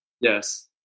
Yes